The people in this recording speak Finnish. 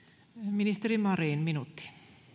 ministeri marin minuutti